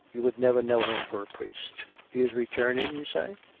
you would never know him for a priest. he is returning, you say?